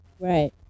Right